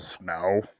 No